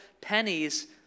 Pennies